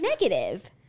negative